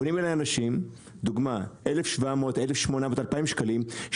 פונים אליי אנשים לדוגמה 1800-2000 שקלים,